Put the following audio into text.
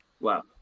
Wow